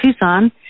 tucson